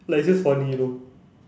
like it's just funny you know